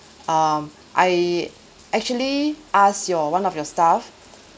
um I actually ask your one of your staff